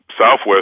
southwest